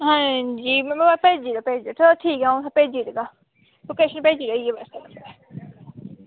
आं भेजी ओड़ेओ भेजी ओड़ेओ आं ठीक ऐ तुसेंगी भेजी ओड़गा ते लोकेशन भेजी देगे